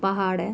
पहाड़